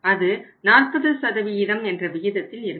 அது 40 என்ற விகிதத்தில் இருக்கும்